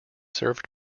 served